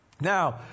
Now